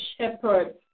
shepherd